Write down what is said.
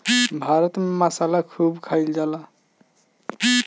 भारत में मसाला खूब खाइल जाला